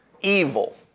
evil